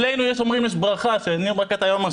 יש ברכה שניר ברקת היה אומר,